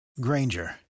Granger